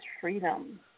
freedom